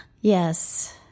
Yes